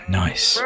nice